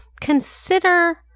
consider